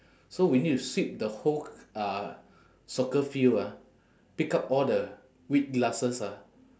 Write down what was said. so we need to sweep the whole uh soccer field ah pick up all the weed grasses ah